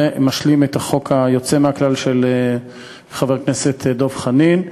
וזה משלים את החוק היוצא מהכלל של חבר הכנסת דב חנין.